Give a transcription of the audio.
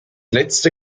letzte